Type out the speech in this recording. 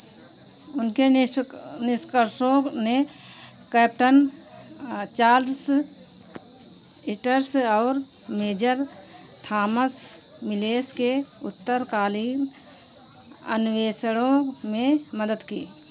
उनके निष निष्कर्षों ने कैप्टन चार्ल्स स्टर्स और मेजर थॉमस मिलेश के उत्तर कालीन अन्वेषणों में मदद की